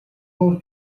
өөр